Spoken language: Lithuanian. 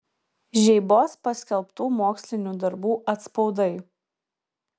žeibos paskelbtų mokslinių darbų atspaudai